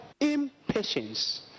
impatience